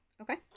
Okay